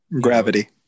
Gravity